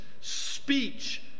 speech